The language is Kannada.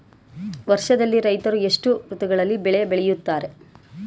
ವರ್ಷದಲ್ಲಿ ರೈತರು ಎಷ್ಟು ಋತುಗಳಲ್ಲಿ ಬೆಳೆ ಬೆಳೆಯುತ್ತಾರೆ?